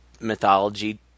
mythology